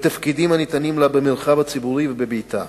בתפקידים הניתנים לה במרחב הציבורי ובביתה.